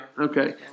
Okay